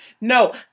No